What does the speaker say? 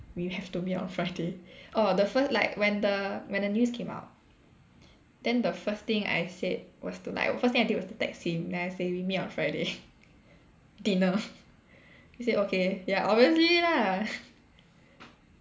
we have to meet on Friday orh the first like when the when the news came out then the first thing I said was to like the first thing I did was to text him then I say we meet on Friday dinner he say okay ya obviously lah